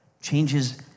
changes